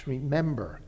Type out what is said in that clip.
Remember